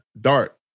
dark